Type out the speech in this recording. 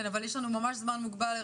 יש לנו ממש זמן מוגבל.